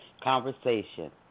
conversation